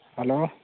hello